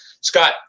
Scott